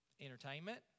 Entertainment